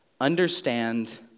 understand